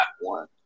one